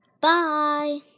bye